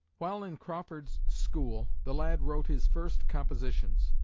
while in crawford's school the lad wrote his first compositions.